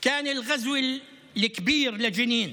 להלן תרגומם: